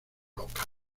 local